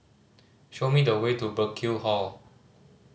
show me the way to Burkill Hall